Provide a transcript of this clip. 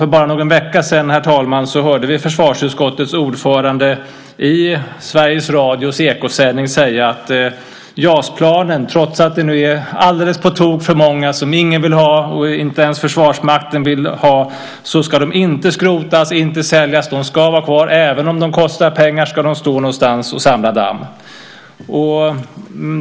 För bara någon vecka sedan hörde vi försvarsutskottets ordförande i Sveriges Radios Ekosändning säga att JAS-planen - trots att de nu är alldeles på tok för många som ingen vill ha, inte ens Försvarsmakten - inte ska skrotas eller säljas. De ska vara kvar. Även om de kostar pengar ska de stå någonstans och samla damm.